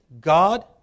God